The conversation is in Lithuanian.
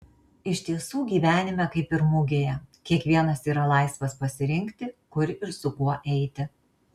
iš tiesų gyvenime kaip ir mugėje kiekvienas yra laisvas pasirinkti kur ir su kuo eiti